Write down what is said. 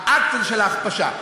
האקט של ההכפשה.